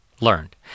learned